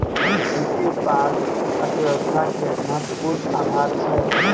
कृषि उत्पाद अर्थव्यवस्था के महत्वपूर्ण आधार छै